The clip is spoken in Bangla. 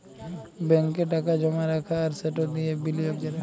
ব্যাংকে টাকা জমা রাখা আর সেট দিঁয়ে বিলিয়গ ক্যরা